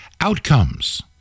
outcomes